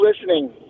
listening